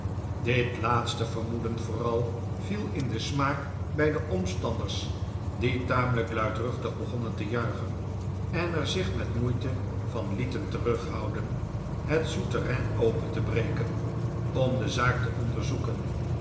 schoven hun ravermoeden vooral viel in den smaak bij de omstanders die tamelijk luidruchtig begonnen te juichen en er zich met moeite van lieten terughouden het sousterrain open te breken om de zaak te onderzoeken